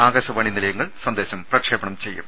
ആകാശവാണി നിലയങ്ങൾ സന്ദേശം പ്രക്ഷേപണം ചെയ്യും